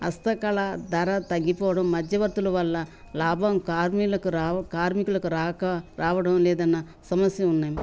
హస్తకళ ధర తగ్గిపోవడం మధ్యవర్తుల వల్ల లాభం కార్మికులకు రా కార్మికులకు రాక రావడం లేదన్నా సమస్య ఉన్నాయి